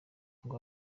ngo